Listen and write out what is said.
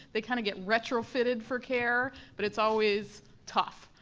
they kind of get retrofitted for care, but it's always tough.